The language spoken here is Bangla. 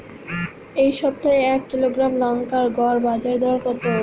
এই সপ্তাহে এক কিলোগ্রাম লঙ্কার গড় বাজার দর কত?